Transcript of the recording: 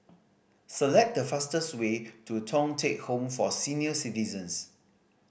select the fastest way to Thong Teck Home for Senior Citizens